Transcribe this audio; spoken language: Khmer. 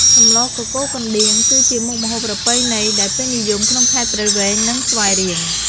សម្លកកូរកណ្ដៀងគឺជាមុខម្ហូបប្រពៃណីដែលពេញនិយមក្នុងខេត្តព្រៃវែង និងស្វាយរៀង។